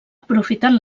aprofitant